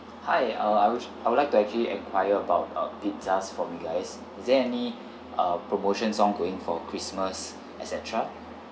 hi uh I wish I would like to actually enquire about uh pizzas from you guys is there any uh promotions ongoing for christmas etcetera